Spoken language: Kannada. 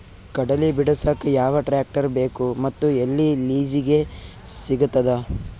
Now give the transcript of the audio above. ಕಡಲಿ ಬಿಡಸಕ್ ಯಾವ ಟ್ರ್ಯಾಕ್ಟರ್ ಬೇಕು ಮತ್ತು ಎಲ್ಲಿ ಲಿಜೀಗ ಸಿಗತದ?